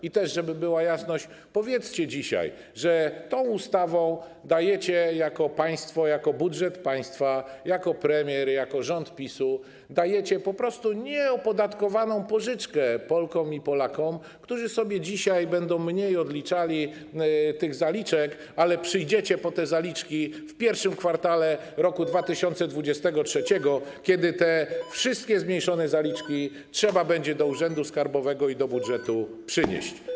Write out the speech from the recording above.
I też żeby była jasność: powiedzcie dzisiaj, że tą ustawą jako państwo, jako budżet państwa, jako premier, jako rząd PiS-u dajecie po prostu nieopodatkowaną pożyczkę Polkom i Polakom, którzy sobie dzisiaj będą mniej odliczali tych zaliczek, ale przyjdziecie po te zaliczki w I kwartale roku 2023, kiedy te wszystkie zmniejszone zaliczki trzeba będzie do Urzędu Skarbowego i do budżetu przynieść.